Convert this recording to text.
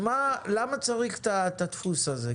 למה צריך את הדפוס הזה?